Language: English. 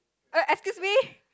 oh excuse me